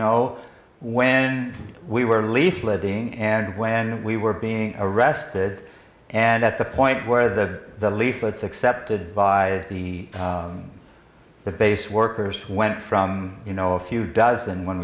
know when we were leafleting and when we were being arrested and at the point where the leaflets accepted by the the base workers went from you know a few dozen when